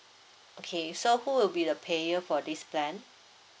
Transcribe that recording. okay so who will be the payer for this plan